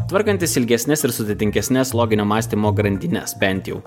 tvarkantis ilgesnes ir sudėtingesnes loginio mąstymo grandines bent jau